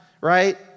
right